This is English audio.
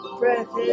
breath